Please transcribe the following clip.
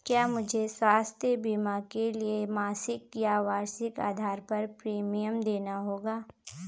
क्या मुझे स्वास्थ्य बीमा के लिए मासिक या वार्षिक आधार पर प्रीमियम देना होगा?